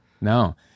No